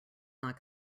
not